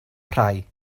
rhai